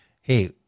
hey